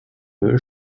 höhe